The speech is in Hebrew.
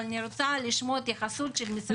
אבל אני רוצה לשמוע התייחסות של משרד הבריאות.